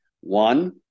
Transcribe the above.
One